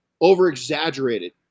over-exaggerated